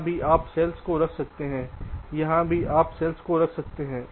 यहां भी आप सेल्स को रख रहे हैं यहां भी आप सेल्स को रख रहे हैं